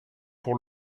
pour